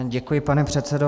Děkuji, pane předsedo.